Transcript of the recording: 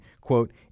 quote